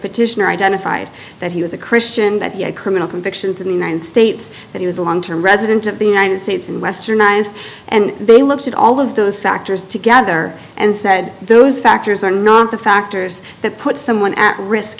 petitioner identified that he was a christian that he had criminal convictions in the united states that he was a long term resident of the united states and westernized and they looked at all of those factors together and said those factors are not the factors that put someone at risk